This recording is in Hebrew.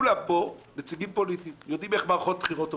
כולם פה נציגים פוליטיים ויודעים איך מערכות בחירות עובדות.